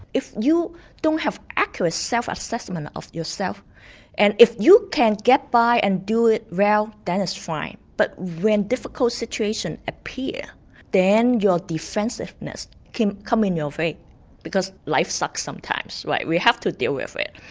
if you don't have accurate self-assessment of yourself and if you can get by and do it well, well, then it's fine. but when difficult situations appear then your defensiveness can come in your way because life sucks sometimes, right, we have to deal with it.